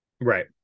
Right